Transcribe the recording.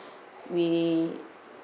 we